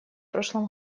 прошлом